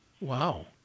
Wow